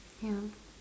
ya